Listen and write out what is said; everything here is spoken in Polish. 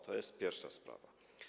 To jest pierwsza sprawa.